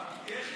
יואב, תהיה חיובי.